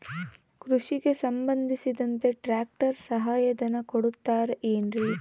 ಕೃಷಿಗೆ ಸಂಬಂಧಿಸಿದಂತೆ ಟ್ರ್ಯಾಕ್ಟರ್ ಸಹಾಯಧನ ಕೊಡುತ್ತಾರೆ ಏನ್ರಿ?